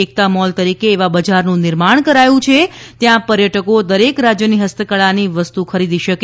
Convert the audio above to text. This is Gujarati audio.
એકતા મોલ તરીકે એવા બજાર નું નિર્માણ કરાયું છે ત્યાં પર્યટકો દરેક રાજ્ય ની હસ્તકળા ની વસ્તુ ખરીદી સકે